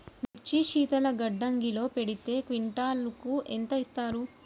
మిర్చి శీతల గిడ్డంగిలో పెడితే క్వింటాలుకు ఎంత ఇస్తారు?